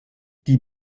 die